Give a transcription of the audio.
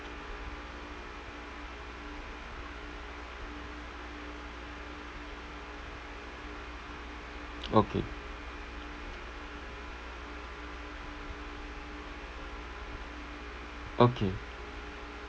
okay okay